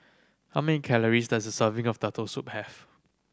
how many calories does a serving of Turtle Soup have